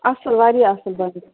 اَصٕل واریاہ اَصٕل